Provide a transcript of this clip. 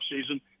season